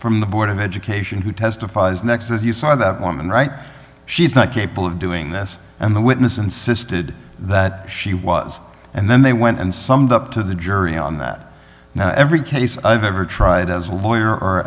from the board of education who testifies next as you saw that woman right she is not capable of doing this and the witness insisted that she was and then they went and summed up to the jury on that every case i've ever tried as a lawyer or